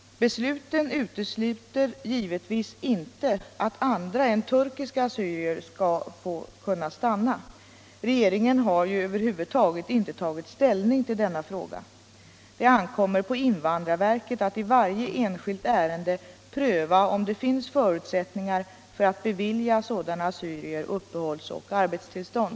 Besluten utesluter givetvis inte att andra än turkiska assyrier skall kunna få stanna. Regeringen har över huvud taget inte tagit ställning till denna fråga. Det ankommer på invandrarverket att i varje enskilt ärende pröva om det finns förutsättningar för att bevilja sådana assyrier uppehållsoch arbetstillstånd.